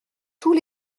tous